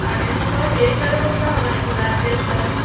আর এমনি কোনো টেস্ট আরে করতে হবে না কি ব্লাড টেস্ট আরে